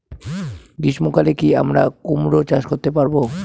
গ্রীষ্ম কালে কি আমরা কুমরো চাষ করতে পারবো?